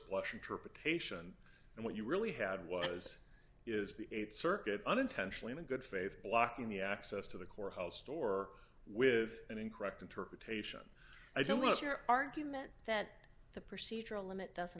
blush interpretation and what you really had was is the th circuit unintentionally in a good faith blocking the access to the courthouse door with an incorrect interpretation i don't want your argument that the procedural limit doesn't